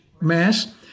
mass